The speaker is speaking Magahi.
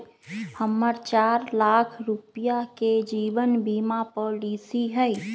हम्मर चार लाख रुपीया के जीवन बीमा पॉलिसी हई